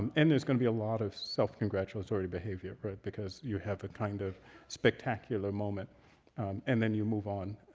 um and there's going to be a lot of self-congratulatory behavior because you have a kind of spectacular moment and then you move on.